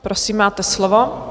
Prosím, máte slovo.